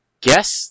guess